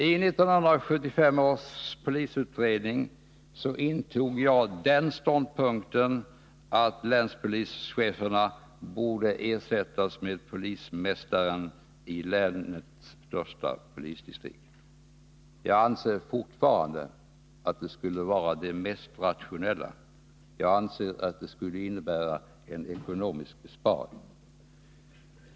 I 1975 års polisutredning intog jag ståndpunkten att länspolischeferna borde ersättas med polismästaren i varje läns största polisdistrikt. Jag anser fortfarande att det skulle vara det mest rationella och att det skulle innebära en ekonomisk besparing.